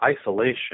isolation